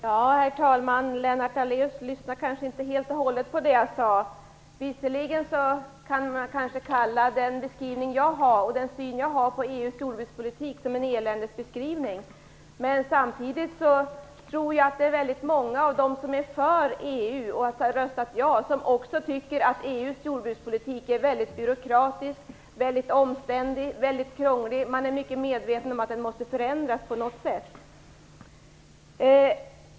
Herr talman! Lennart Daléus lyssnade kanske inte helt och hållet på det jag sade. Visserligen kanske man kan kalla den syn jag har på EU:s jordbrukspolitik för en eländesbeskrivning. Men samtidigt tror jag att många som är för EU och har röstat ja också tycker att EU:s jordbrukspolitik är väldigt byråkratisk, omständlig, krånglig. Man är mycket medveten om att den måste förändras på något sätt.